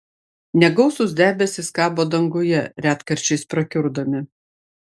negausūs debesys kabo danguje retkarčiais prakiurdami